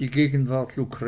die gegenwart